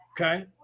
Okay